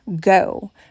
go